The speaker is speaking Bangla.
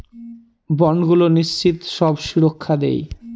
বন্ডগুলো নিশ্চিত সব সুরক্ষা দেয়